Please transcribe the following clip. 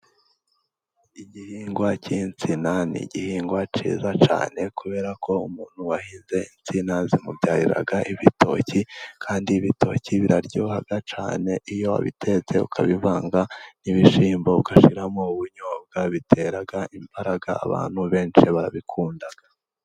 Igihingwa cy'insina ni igihingwa cyiza cyane kubera ko umuntu wahinze insina zimubyarira ibitoki. Kandi ibitoki biraryoha cyane. Iyo ubitetse ukabivanga n'ibishimbo ugashiramo ubunyobwa bitera imbaraga abantu benshi bakabikunda.